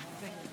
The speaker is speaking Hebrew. אשכנזי,